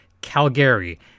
Calgary